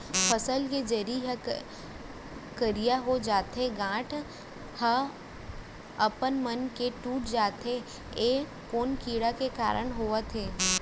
फसल के जरी ह करिया हो जाथे, गांठ ह अपनमन के टूट जाथे ए कोन कीड़ा के कारण होवत हे?